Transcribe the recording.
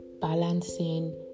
balancing